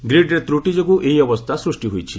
ଗ୍ରୀଡ଼୍ରେ ତ୍ରଟି ଯୋଗୁଁ ଏହି ଅବସ୍ଥା ସୂଷ୍ଟି ହୋଇଛି